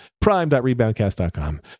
prime.reboundcast.com